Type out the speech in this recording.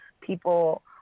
people